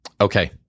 Okay